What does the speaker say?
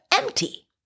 empty